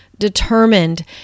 Determined